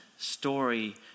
Story